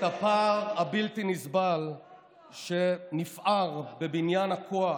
את הפער הבלתי-נסבל שנפער בבניין הכוח